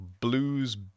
Blues